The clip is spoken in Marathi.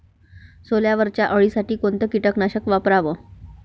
सोल्यावरच्या अळीसाठी कोनतं कीटकनाशक वापराव?